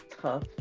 tough